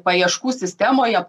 paieškų sistemoje